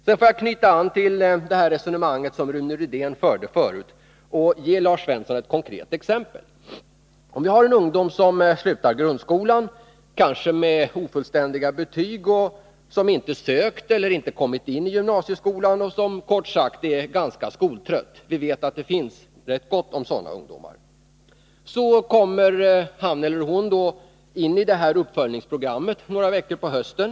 Låt mig sedan knyta an till resonemanget som Rune Rydén förde förut och ge Lars Svensson ett exempel. En ungdom som slutar grundskolan, kanske med ofullständiga betyg, som inte sökt till eller inte kommit in i gymnasieskolan och som kort sagt är ganska skoltrött — vi vet att det finns rätt gott om sådana ungdomar — kommer in i uppföljningsprogrammet några veckor på hösten.